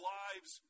lives